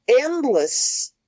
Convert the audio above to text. endless